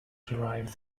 derive